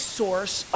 source